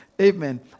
Amen